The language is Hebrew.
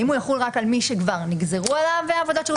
האם הוא יחול רק על מי שכבר נגזרו עליו עבודות שירות.